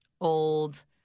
old